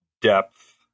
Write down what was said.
depth